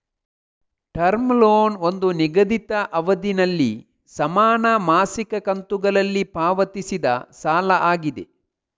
term loan ಒಂದು ನಿಗದಿತ ಅವಧಿನಲ್ಲಿ ಸಮಾನ ಮಾಸಿಕ ಕಂತುಗಳಲ್ಲಿ ಪಾವತಿಸಿದ ಸಾಲ ಆಗಿದೆ